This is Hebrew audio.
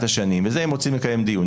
שנים ועל זה אם רוצים לקיים דיון,